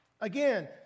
Again